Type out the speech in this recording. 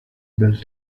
built